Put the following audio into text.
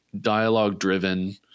dialogue-driven